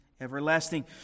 everlasting